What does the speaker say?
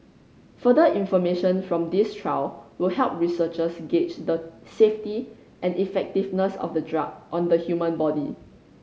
further information from this trial will help researchers gauge the safety and effectiveness of the drug on the human body